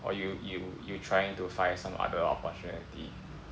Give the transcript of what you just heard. or you you you trying to find some other opportunity